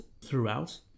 throughout